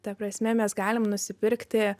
ta prasme mes galim nusipirkti